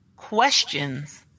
Questions